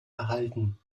erhalten